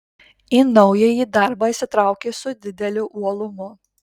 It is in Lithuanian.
į naująjį darbą įsitraukė su dideliu uolumu